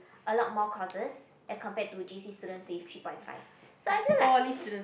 a lot more courses as compared to J_C students with three point five so I feel like